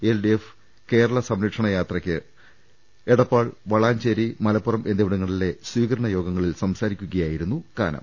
LDF Kerala സംര ക്ഷണ ജാഥക്ക് എടപ്പാൾ വളാഞ്ചേരി മലപ്പുറം എന്നിവിടങ്ങളിലെ സ്വീകരണ യോഗങ്ങളിൽ സംസാരിക്കുകയായിരുന്നു കാനം